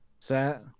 set